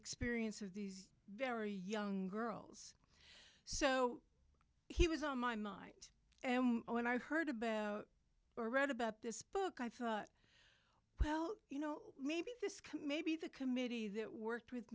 experience of these very young girls so he was on my mind and when i heard about or read about this book i thought well you know maybe this committee the committee that worked with